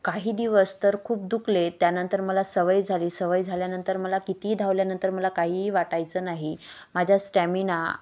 काही दिवस तर खूप दुखले त्यानंतर मला सवय झाली सवय झाल्यानंतर मला कितीही धावल्यानंतर मला काही वाटायचं नाही माझ्या स्टॅमिना